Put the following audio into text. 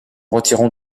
retirons